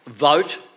Vote